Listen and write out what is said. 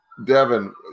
Devin